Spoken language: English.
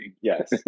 Yes